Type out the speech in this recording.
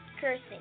cursing